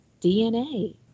DNA